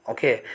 Okay